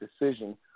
decision